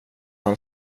han